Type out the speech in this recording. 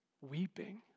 weeping